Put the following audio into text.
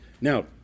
Now